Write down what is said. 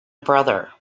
brother